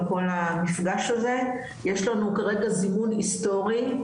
כל המפגש הזה יש לנו כרגע זימון היסטורי,